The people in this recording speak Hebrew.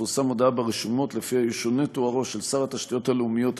תפורסם הודעה ברשומות ולפיה ישונה תוארו של שר התשתיות הלאומיות,